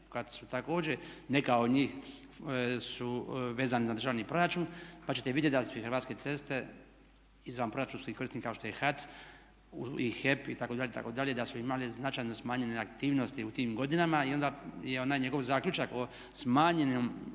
kada su također neka od njih su vezani na držani proračun pa ćete vidjeti da su i Hrvatske ceste izvanproračunski korisnik kao što je HAC i HEP itd., itd., da su imali značajno smanjene aktivnosti u tim godinama. I onda onaj njegov zaključak o smanjenom